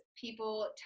people